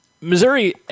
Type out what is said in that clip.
Missouri